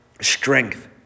strength